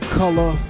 color